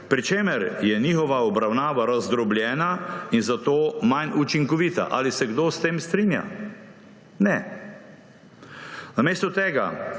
pri čemer je njihova obravnava razdrobljena in zato manj učinkovita. Ali se kdo s tem strinja? Ne! Namesto tega